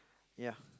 ya